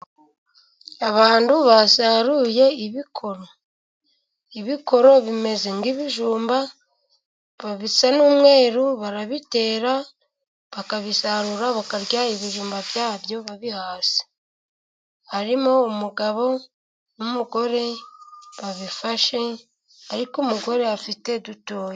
Abantu basaruye ibikoro ,ibikoro bimeze nk'ibijumba biba bisa n'umweru, barabitera bakabisarura bakarya ibijumba byabyo babihase .Harimo umugabo n'umugore, babifashe ariko umugore afite dutoya.